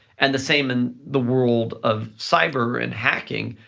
and the same in the world of cyber and hacking,